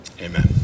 Amen